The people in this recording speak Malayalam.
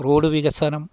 റോഡ് വികസനം